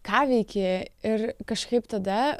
ką veiki ir kažkaip tada